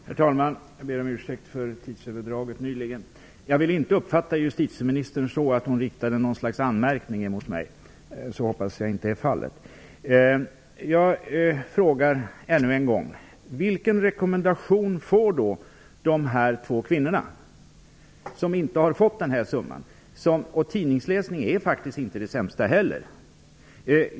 Herr talman! Jag ber om ursäkt för tidsöverdraget nyligen. Jag vill inte uppfatta justitieministern så att hon riktade något slags anmärkning mot mig. Jag hoppas att så inte är fallet. Jag frågar ännu en gång: Vilken rekommendation får då dessa två kvinnor som inte har fått denna summa? Tidningsläsning är faktiskt inte det sämsta.